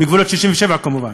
בגבולות 67' כמובן,